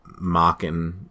mocking